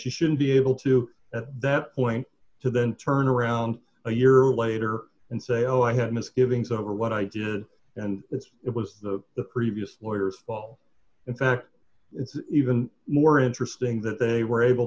she shouldn't be able to at that point to then turn around a year later and say oh i had misgivings over what i did and that's it was the previous lawyers fall in fact it's even more interesting that they were able